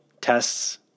tests